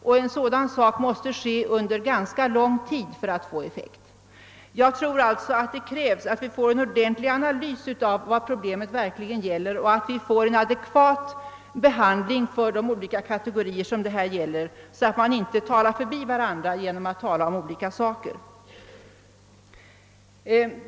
Sådan behandling måste ske under ganska lång tid för att få effekt. Jag tror alltså att det krävs en ordentlig analys av vad problemet verkligen gäller och en adekvat behandling av de olika kategorier det är fråga om, så att man inte talar förbi varandra genom att åsyfta olika saker.